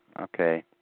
Okay